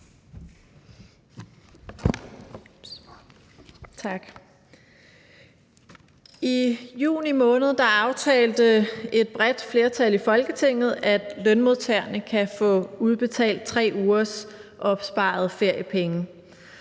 I juni måned aftalte et bredt flertal i Folketinget, at lønmodtagerne kan få udbetalt 3 ugers opsparede feriepenge.